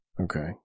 Okay